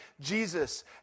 Jesus